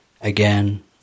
Again